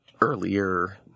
earlier